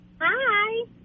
Hi